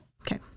Okay